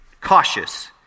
cautious